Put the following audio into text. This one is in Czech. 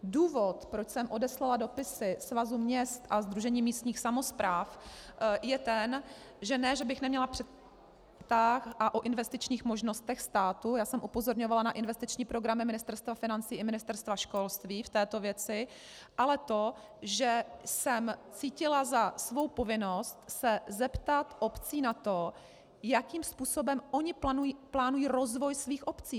Důvod, proč jsem odeslala dopisy Svazu měst a Sdružení místních samospráv, je ten, že ne že bych neměla představu o investičních možnostech státu, já jsem upozorňovala na investiční programy Ministerstva financí i Ministerstva školství v této věci, ale cítila jsem za svou povinnost se zeptat obcí na to, jakým způsobem ony plánují rozvoj svých obcí.